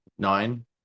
Nine